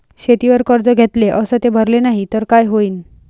शेतीवर कर्ज घेतले अस ते भरले नाही तर काय होईन?